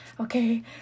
okay